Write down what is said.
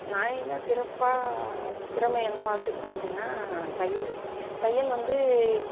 நான் என்ன சிறப்பான திறமை என்ன வளர்த்துக்கிட்டேன் அப்படின்னா தையல் தையல் வந்து